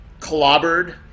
clobbered